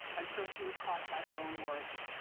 until she was caught by her own words.